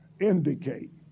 indicate